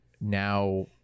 now